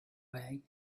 way